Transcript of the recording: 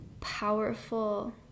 powerful